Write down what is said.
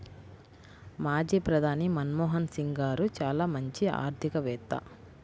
మాజీ ప్రధాని మన్మోహన్ సింగ్ గారు చాలా మంచి ఆర్థికవేత్త